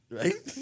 right